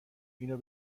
اینو